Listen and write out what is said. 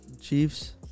Chiefs